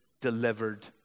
delivered